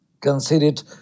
considered